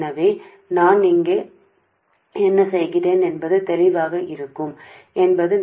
కాబట్టి నేను ఇక్కడ ఏమి చేస్తున్నానో స్పష్టంగా ఉంది